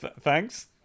Thanks